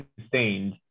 sustained